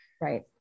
Right